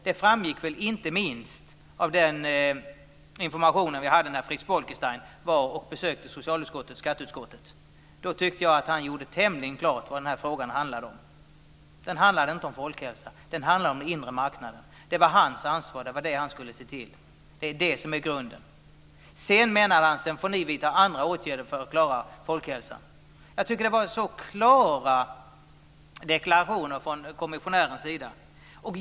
Det framgick inte minst av den information vi fick när Frits Bolkestein var och besökte socialutskottet och skatteutskottet. Jag tyckte att han gjorde tämligen klart vad den här frågan handlar om. Den handlar inte om folkhälsa. Den handlar om den inre marknaden. Det var hans ansvar. Det var det han skulle se till. Det är det som är grunden. Sedan menar han att vi får vidta andra åtgärder för att klara folkhälsan. Jag tycker att det var klara deklarationer från kommissionärens sida.